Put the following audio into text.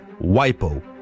WIPO